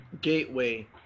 Gateway